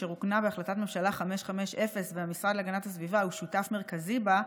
אשר עוגנה בהחלטת ממשלה 550 והמשרד להגנת הסביבה הוא שותף מרכזי בה,